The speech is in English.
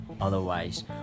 otherwise